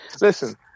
listen